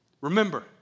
Remember